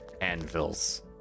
anvils